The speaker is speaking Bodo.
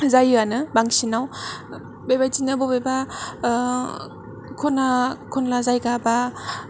जायोआनो बांसिनाव बेबादिनो बबेबा खना खनला जायगा बा